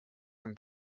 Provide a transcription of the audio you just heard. from